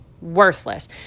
worthless